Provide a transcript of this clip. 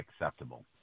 acceptable